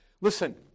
Listen